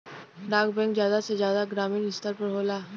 डाक बैंक जादा से जादा ग्रामीन स्तर पर होला